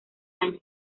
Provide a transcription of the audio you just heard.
año